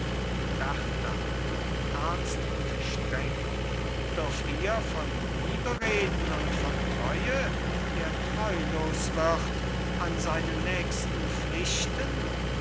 berta ernst und streng dürft ihr von liebe reden und von treue der treulos wird an seinen nächsten pflichten